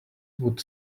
would